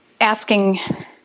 asking